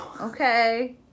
okay